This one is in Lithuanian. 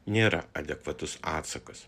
nėra adekvatus atsakas